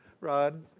rod